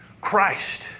Christ